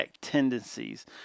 tendencies